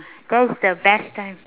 that is the best time